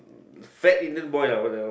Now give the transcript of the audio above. fat Indian boy uh !walao!